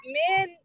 men